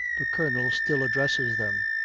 the colonel still addresses them.